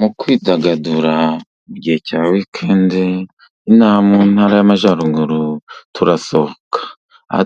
Mu kwidagadura mu gihe cya wikende mu Ntara y'Amajyaruguru, turasohoka